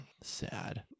sad